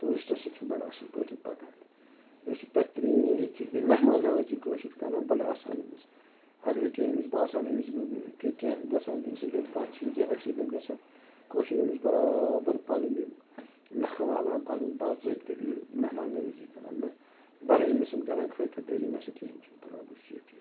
ٹوٗرِسٹَس سۭتۍ چھُ بَڑٕ اَصٕل پٲٹھۍ پَکان یہِ چھُ بہتریٖن ییٚتہِ چھُس بییہِ مہمان نوٲزی کٲشُر کَران بَڑٕ آسان أمِس اَگرے کینٛہہ أمِس باسان أمِس کینٛہہ گژھان اِنسِڈنٛٹ کانٛہہ چیٖز یا ایٚکسِڈنٛٹ گژھان کٲشُر أمِس برابر پَنُن یہِ نَکھٕ والان پَنُن باضٲبطہِ یہِ مہمان نَوٲزی کَران بَڑٕ أمِسن کَران خٲطِر دٲری نہ سا کِہیٖنۍ چھُنہٕ پَرواے بہٕ چھُس ییٚتیَن